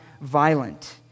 violent